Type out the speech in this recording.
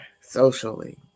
socially